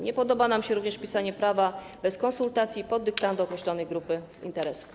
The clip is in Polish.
Nie podoba nam się również pisanie prawa bez konsultacji, pod dyktando określonej grupy interesów.